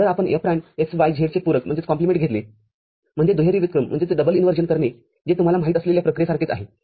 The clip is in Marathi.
जर आपण F prime x y z चे पूरक घेतलेम्हणजे दुहेरी व्युत्क्रम करणेजे तुम्हाला माहीत असलेल्या प्रक्रियेसारखेच आहे